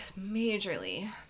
majorly